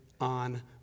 on